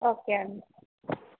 okay అండి